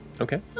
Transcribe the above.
Okay